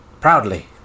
Proudly